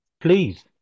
Please